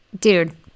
dude